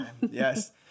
Yes